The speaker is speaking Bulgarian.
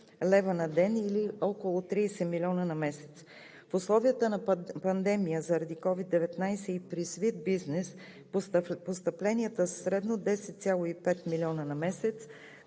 лева на ден, или около 30 милиона на месец. В условията на пандемия заради COVID-19 и при свит бизнес постъпленията са средно 10,5 милиона на месец,